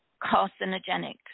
carcinogenic